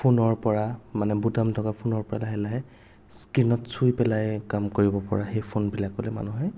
ফ'নৰ পৰা মানে বুটাম থকা ফ'নৰ পৰা লাহে লাহে স্ক্ৰীণত চুই পেলাই কাম কৰিব পৰা সেই ফ'নবিলাকলৈ মানুহে